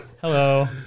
Hello